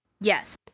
Yes